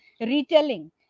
retelling